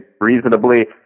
reasonably